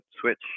switch